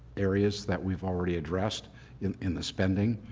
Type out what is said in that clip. areas that we have already addressed in in the spending?